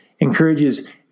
encourages